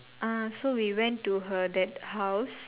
ah so we went to her that house